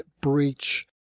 breach